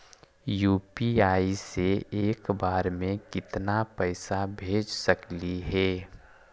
UPI से एक बार मे केतना पैसा भेज सकली हे?